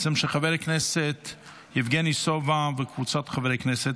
של חבר הכנסת יבגני סובה וקבוצת חברי הכנסת.